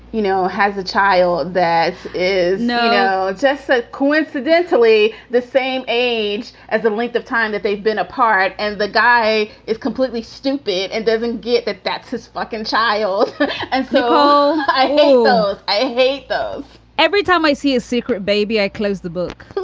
you know, has a child that is. no. just coincidentally the same age as the length of time that they've been apart. and the guy is completely stupid and doesn't get that. that's his fucking child and so i hate those. i hate those. every time i see a secret baby, i close the book.